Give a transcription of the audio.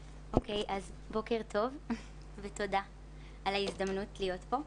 בוקר טוב ותודה על ההזדמנות להיות פה.